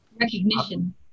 recognition